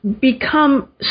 become